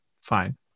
Fine